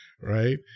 right